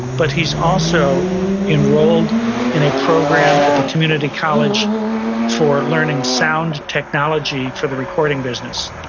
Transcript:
but he's also enrolled in a program at the community college for learning sound technology for the recording business.